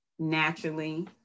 naturally